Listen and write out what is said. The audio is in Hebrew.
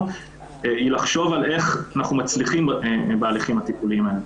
היא לחשוב איך אנחנו מצליחים בהליכים הטיפוליים האלה.